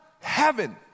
heaven